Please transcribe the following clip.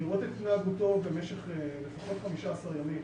לראות את התנהגותו במשך לפחות 15 ימים